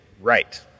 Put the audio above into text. Right